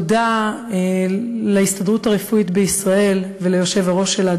תודה להסתדרות הרפואית בישראל וליושב-ראש שלה,